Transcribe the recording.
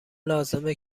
لازمه